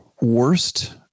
worst